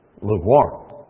lukewarm